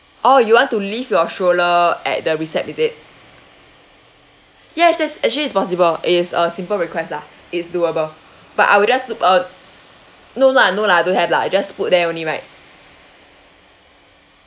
oh you want to leave your stroller at the reception is it yes yes actually it's possible is a simple request lah it's doable but I will just look uh no lah no lah don't have lah I just put there only right